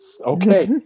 okay